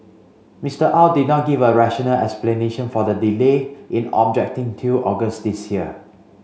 Mister Au did not give a rational explanation for the delay in objecting till August this year